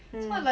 mm